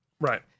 right